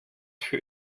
für